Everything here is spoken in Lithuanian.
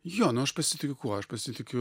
jo nu aš pasitikiu kuo aš pasitikiu